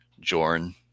Jorn